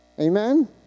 Amen